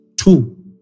two